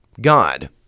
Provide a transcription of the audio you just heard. God